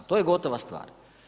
To je gotova stvar.